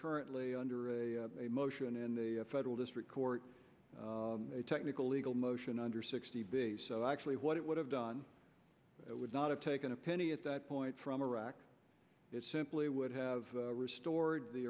currently under a motion in the federal district court a technical legal motion under sixty big so actually what it would have done it would not have taken a penny at that point from a rack it simply would have restored the